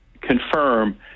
confirm